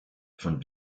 von